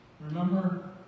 remember